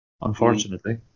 Unfortunately